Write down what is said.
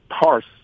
parse